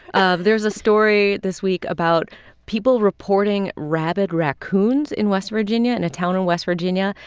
ah there's a story this week about people reporting rabid raccoons in west virginia in a town in west virginia.